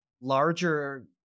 larger